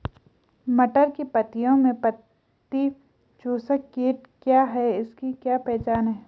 मटर की पत्तियों में पत्ती चूसक कीट क्या है इसकी क्या पहचान है?